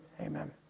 amen